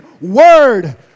word